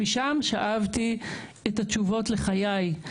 משם שאבתי את התשובות לחיי.